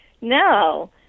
No